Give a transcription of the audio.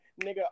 nigga